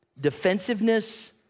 defensiveness